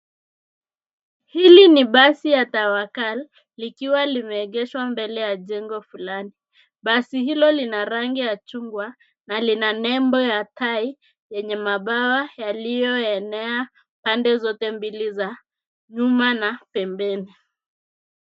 Hili ni basi ya Tawakal likiwa limeegeshwa mbele ya jengo fulani. Basi hilo ni la rangi ya chungwa na lina nebo ya tai yenye mabawa yalienea pande zote mbili za nyuma na pembeni.